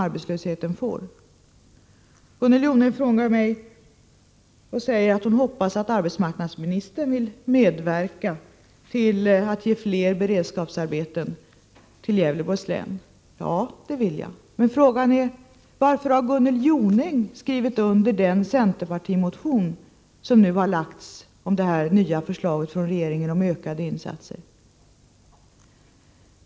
Gunnel Jonäng sade att hon hoppas att arbetsmarknadsministern vill medverka till att ge fler beredskapsarbeten till Gävleborgs län. Ja, det vill jag. Men frågan är: Varför har Gunnel Jonäng skrivit under den centerpartimotion som nu har lagts fram med anledning av det nya förslaget från regeringen om ökade insatser?